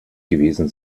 gewesen